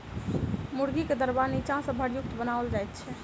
मुर्गीक दरबा नीचा सॅ भूरयुक्त बनाओल जाइत छै